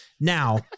now